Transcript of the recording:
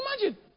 imagine